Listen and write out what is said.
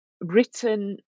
written